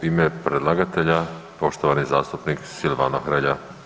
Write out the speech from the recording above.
U ime predlagatelja, poštovani zastupnik Silvano Hrelja.